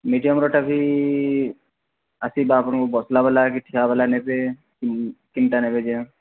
ମିଡିୟମ୍ର ଟା ବି ଆସିବ ଆପଣଙ୍କୁ ବସିଲା ବାଲା କି ଠିଆ ବାଲା ନେବେ ହୁଁ କେମିତି ନେବେ ଯେ